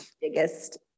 biggest